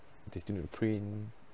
they still do the print